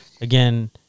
again